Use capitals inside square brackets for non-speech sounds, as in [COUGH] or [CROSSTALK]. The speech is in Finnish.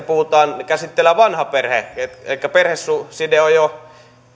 [UNINTELLIGIBLE] puhutaan käsitteellä vanha perhe elikkä joiden perheside on jo